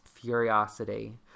curiosity